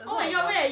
a lot of the